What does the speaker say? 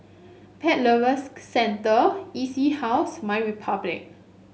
Pet Lovers Centre E C House MyRepublic